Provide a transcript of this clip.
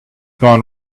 gone